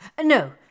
No